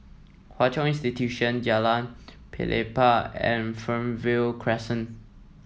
Hwa Chong Institution Jalan Pelepah and Fernvale Crescent